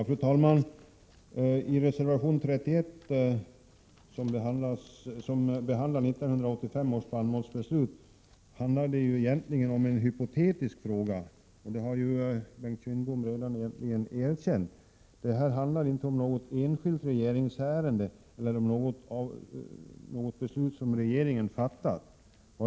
Fru talman! Reservation 31, som rör 1985 års spannmålsbeslut, handlar ju egentligen om en hypotetisk fråga. Den har också Bengt Kindbom egentligen erkänt. Den handlar inte om något enskilt regeringsärende eller om något beslut som regeringen fattat.